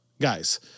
guys